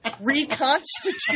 reconstitute